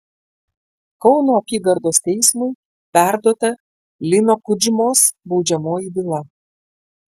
kauno apygardos teismui perduota lino kudžmos baudžiamoji byla